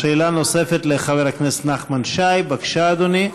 שאלה נוספת לחבר הכנסת נחמן שי, בבקשה, אדוני.